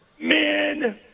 men